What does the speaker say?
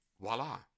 voila